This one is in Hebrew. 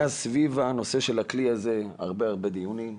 היה סביב הנושא של הכלי הזה הרבה דיונים,